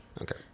Okay